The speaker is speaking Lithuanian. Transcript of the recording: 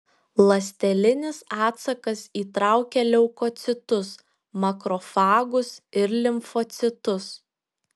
ląstelinis atsakas įtraukia leukocitus makrofagus ir limfocitus